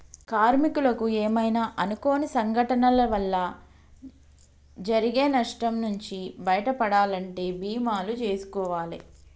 కార్మికులకు ఏమైనా అనుకోని సంఘటనల వల్ల జరిగే నష్టం నుంచి బయటపడాలంటే బీమాలు జేసుకోవాలే